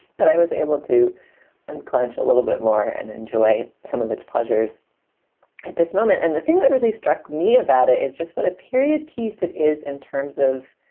but i was able to unclench a little bit more and enjoy some of its pleasures at this moment. and the thing that really struck me about it is just what a period piece it is in terms of